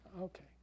Okay